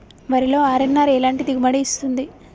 వరిలో అర్.ఎన్.ఆర్ ఎలాంటి దిగుబడి ఇస్తుంది?